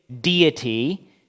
deity